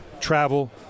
Travel